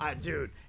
Dude